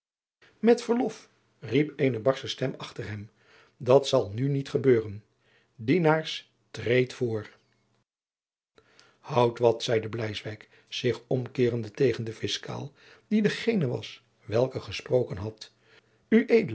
met verlof riep eene barsche stem achter hem dat zal nu niet gebeuren dienaars treedt voor houdt wat zeide bleiswyk zich omkeerende tegen den fiscaal die degene was welke gesproken had